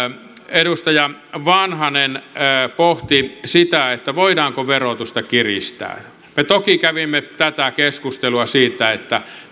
edustaja vanhanen pohti sitä voidaanko verotusta kiristää me toki kävimme tätä keskustelua siitä